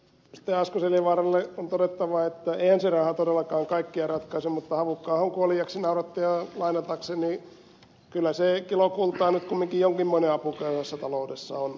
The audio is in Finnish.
asko seljavaaralle on todettava että eihän se raha todellakaan kaikkea ratkaise mutta havukka ahon kuoliaaksinaurattajaa lainatakseni kyllä se kilo kultaa nyt kumminkin jonkinmoinen apu köyhässä taloudessa on